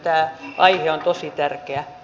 tämä aihe on tosi tärkeä